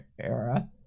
era